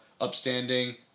upstanding